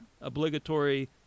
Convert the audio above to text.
obligatory